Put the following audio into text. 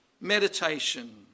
Meditation